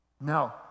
No